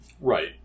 Right